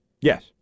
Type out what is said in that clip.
Yes